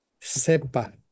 sepa